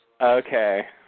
Okay